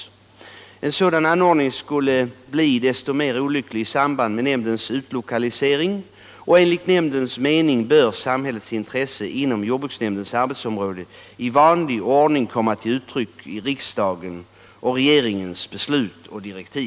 En sådan ordning skulle bli desto mer olycklig i samband med nämndens utlokalisering. Enligt nämndens mening bör samhällets intresse inom jordbruksnämndens arbetsområde i vanlig ordning komma till uttryck i riksdagens och regeringens beslut och direktiv.